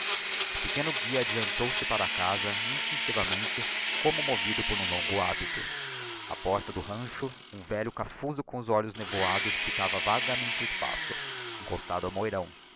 pequeno guia adeantou se para a casa instinctivamente como movido por longo habito a porta do rancho um velho cafuso com os olhos nevoados fitava vagamente o espaço encostado ao moirão